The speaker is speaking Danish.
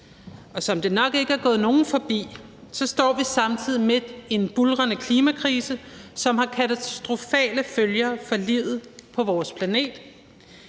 Og som det nok ikke er gået hen over hovedet på nogen, står vi samtidig midt i en buldrende klimakrise, som har katastrofale følger for livet på vores planet.